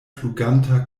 fluganta